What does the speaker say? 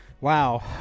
wow